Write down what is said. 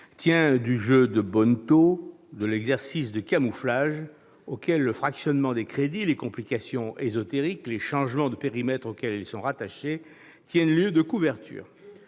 tient du jeu de bonneteau et de l'exercice de camouflage, auxquels le fractionnement des crédits, les complications ésotériques et les changements de périmètres tiennent lieu de couverture.